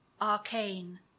arcane